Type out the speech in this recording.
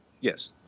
yes